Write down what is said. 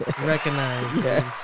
Recognized